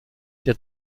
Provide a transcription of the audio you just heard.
der